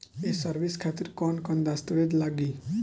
ये सर्विस खातिर कौन कौन दस्तावेज लगी?